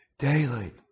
Daily